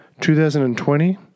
2020